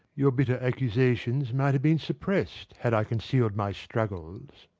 your bitter accusations might have been suppressed, had i concealed my struggles.